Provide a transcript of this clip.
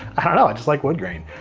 i don't know, i just like woodgrain.